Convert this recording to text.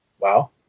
wow